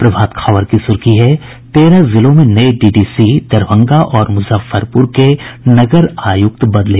प्रभात खबर की सुर्खी है तेरह जिलों में नये डीडीसी दरभंगा और मुजफ्फरपुर के नगर आयुक्त बदले